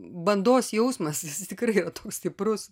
bandos jausmas tikrai toks stiprus